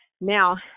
Now